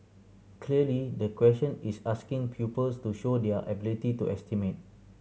clearly the question is asking pupils to show their ability to estimate